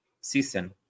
season